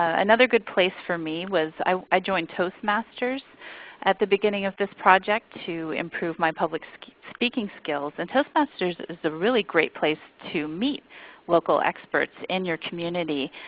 another good place for me was i joined toast masters at the beginning of this project to improve my public speaking skills. and toast masters is a really great place to meet local experts in your community.